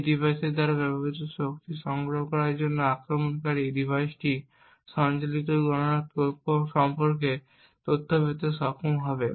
সেই ডিভাইসের দ্বারা ব্যবহৃত শক্তি সংগ্রহ করার জন্য আক্রমণকারী ডিভাইসটি সঞ্চালিত গণনা সম্পর্কে তথ্য পেতে সক্ষম হবে